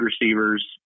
receivers